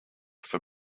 for